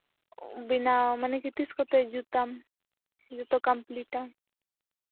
ᱵᱮᱱᱟᱣ ᱢᱟᱱᱮ ᱛᱤᱥ ᱠᱚᱛᱮ ᱡᱩᱛ ᱟᱢ ᱡᱚᱛᱚ ᱠᱚᱢᱯᱞᱤᱴ ᱟᱢ